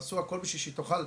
עשו הכול בשביל שהיא תוכל,